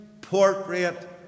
portrait